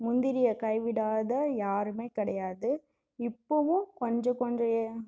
முந்திரிய கைவிடாத யாருமே கிடையாது இப்போவும் கொஞ்ச கொஞ்ச